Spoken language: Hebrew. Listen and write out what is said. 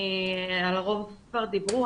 על הרוב כבר דיברו,